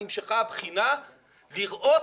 נמשכה הבחינה לראות